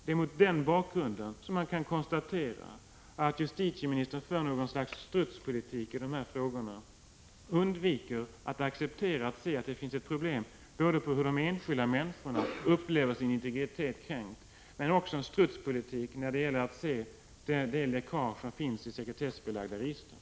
Det är mot denna bakgrund man kan konstatera att justitieministern för något slags strutspolitik i dessa frågor och undviker att acceptera att se att det finns ett problem som består i att enskilda människor upplever sin integritet kränkt. Han för också en strutspolitik när det gäller att se det läckage som förekommer ur sekretessbelagda register.